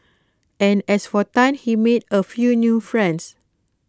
and as for Tan he made A few new friends